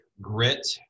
grit